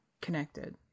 connected